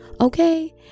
okay